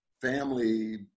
family